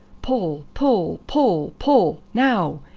pull pull pull pull! now!